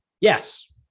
Yes